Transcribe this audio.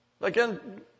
Again